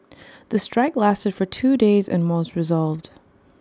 the strike lasted for two days and was resolved